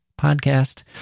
podcast